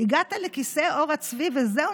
הגעת לכיסא עור הצבי וזהו?